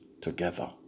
together